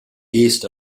east